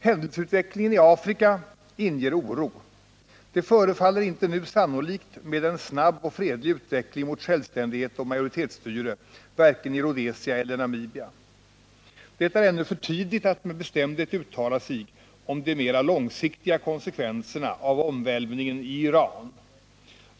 Händelseutvecklingen i Afrika inger oro. Det förefaller inte nu sannolikt med en snabb och fredlig utveckling mot självständighet och majoritetsstyre vare sig i Rhodesia eller i Namibia. Det är ännu för tidigt att med bestämdhet uttala sig om de mera långsiktiga konsekvenserna av omvälvningen i Iran.